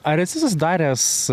ar esi susidaręs